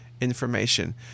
information